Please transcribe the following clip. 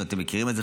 ואתם מכירים את זה,